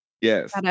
yes